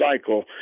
cycle